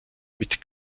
mit